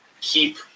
keep